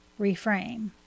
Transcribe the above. reframe